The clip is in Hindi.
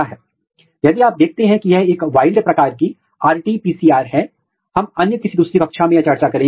इसलिए यदि मैंने आज जो चर्चा की है उस पर मैं फिर से चर्चा करूं